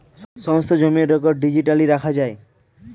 সমস্ত জমির record digitally রাখা যায়